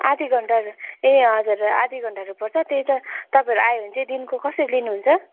आधी घन्टाहरू ए हजुर आधी घन्टाहरू पर्छ त्यही त तपाईँहरू आयो भने दिनको कसरी लिनुहुन्छ